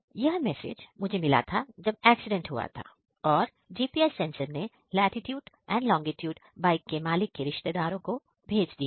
यह मैसेज मुझे मिला था जब एक्सीडेंट हुआ था और GPS सेंसर ने लाटीट्यूड बाइक के मालिक के रिश्तेदारों को भेज दिया था